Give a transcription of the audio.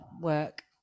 work